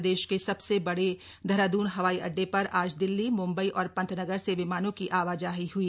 प्रदेश के सबसे बड़े देहरादून हवाई अड्डे पर आज दिल्ली म्म्बई और पन्त नगर से विमानों की आवाजाही हुई